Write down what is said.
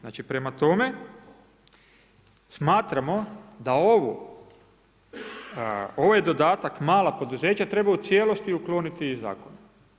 Znači prema tome, smatramo da ovaj dodatak mala poduzeća treba u cijelosti ukloniti iz zakona.